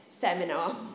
seminar